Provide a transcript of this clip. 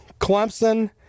Clemson